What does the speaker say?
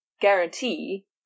guarantee